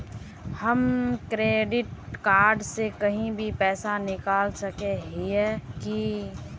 हम credit card से कहीं भी पैसा निकल सके हिये की?